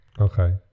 Okay